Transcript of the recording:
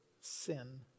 sin